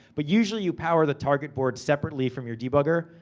but, usually you power the target board separately from your debugger.